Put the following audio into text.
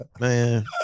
Man